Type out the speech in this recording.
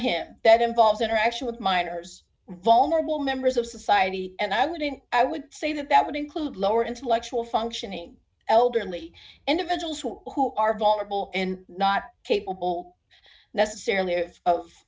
him that involves interaction with minors vulnerable members of society and i wouldn't i would say that that would include lower intellectual functioning elderly individuals who are vulnerable and not capable necessarily of